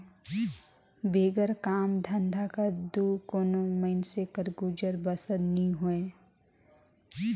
बिगर काम धंधा कर दो कोनो मइनसे कर गुजर बसर नी होए